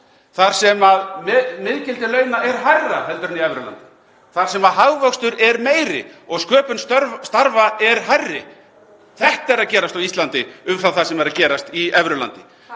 þar sem miðgildi launa er hærra en í evrulandi, þar sem hagvöxtur er meiri og sköpum starfa er meiri. Þetta er að gerast á Íslandi umfram það sem er að gerast í evrulandinu.